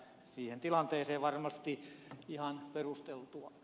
siihen tilanteeseen varmasti ihan perusteltua